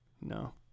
no